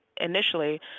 initially